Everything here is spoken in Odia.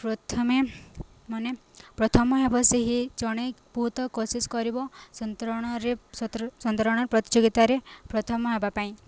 ପ୍ରଥମେ ମନେ ପ୍ରଥମ ହେବ ସେହି ଜଣେ ବହୁତ କୋଶିଶ କରିବ ସନ୍ତରଣରେ ସତର ସନ୍ତରଣ ପ୍ରତିଯୋଗିତାରେ ପ୍ରଥମ ହେବା ପାଇଁ